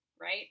right